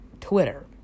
Twitter